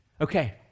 Okay